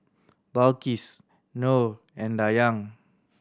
Balqis Nor and Dayang